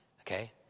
Okay